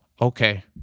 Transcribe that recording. okay